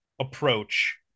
approach